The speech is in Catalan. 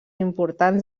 importants